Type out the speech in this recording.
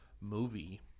movie